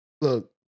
Look